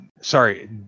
Sorry